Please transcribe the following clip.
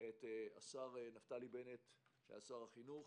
את השר נפתלי בנט, שהיה שר החינוך,